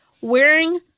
wearing